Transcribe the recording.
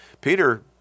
Peter